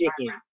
Chicken